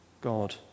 God